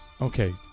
Okay